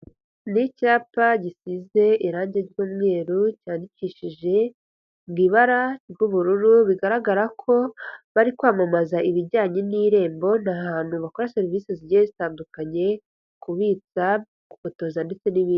Ni icyapa gisize irangi ry'umweru, cyandikishije mu ibara ry'ubururu, bigaragara ko bari kwamamaza ibijyanye n'irembo, ni ahantu bakora serivisi zigiye zitandukanye, kubitsa, gufotoza ndetse n'ibindi.